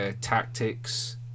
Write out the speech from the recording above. tactics